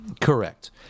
correct